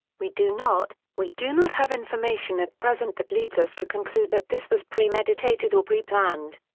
we do not we do not have information at present that leads us to conclude that this was premeditated or preplanned.